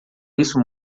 isso